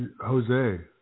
Jose